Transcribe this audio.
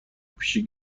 پیشی